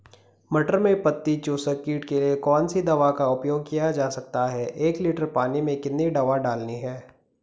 मटर में पत्ती चूसक कीट के लिए कौन सी दवा का उपयोग किया जा सकता है एक लीटर पानी में कितनी दवा डालनी है?